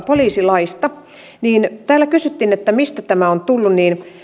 poliisilaista täällä kysyttiin mistä tämä on tullut